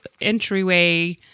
entryway